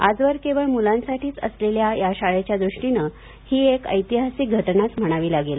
आजवर केवळ मूलांसाठीच असलेल्या या शाळेच्या द्रष्टिनं ही ऐतिहासिक घटनाच म्हणावी लागेल